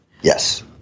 Yes